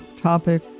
topic